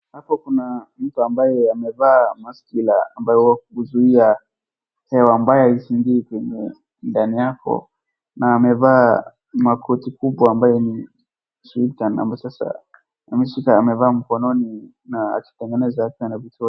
Hapo kuna mtu ambaye amevaa maski ambao la kuzuia hewa mbaya isiingie kwenye ndani yako na amevaa makoti kubwa ambaye ni suti ambaye sasa amevaa mkononi na akitengeneza.